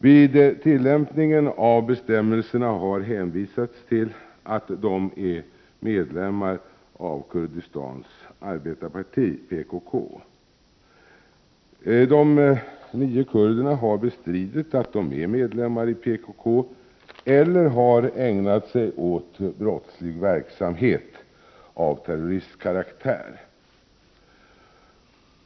Vid tillämpningen av bestämmelserna har det hänvisats till att dessa kurder är medlemmar av Kurdistans arbetareparti, PKK. De nio kurderna har bestridit att de är medlemmar i PKK och att de har ägnat sig åt brottslig verksamhet av terroristkaraktär.